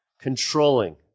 controlling